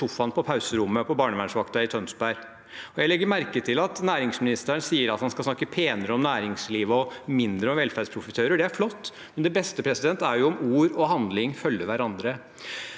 på pauserommet på barnevernsvakten i Tønsberg. Jeg legger merke til at næringsministeren sier at han skal snakke penere om næringslivet og mindre om velferdsprofitører. Det er flott, men det beste er jo om ord og handling følger hverandre.